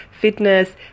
fitness